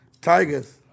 Tigers